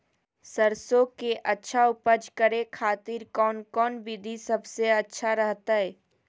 सरसों के अच्छा उपज करे खातिर कौन कौन विधि सबसे अच्छा रहतय?